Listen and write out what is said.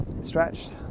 stretched